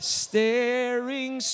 staring